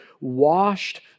washed